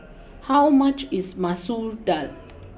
how much is Masoor Dal